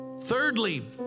Thirdly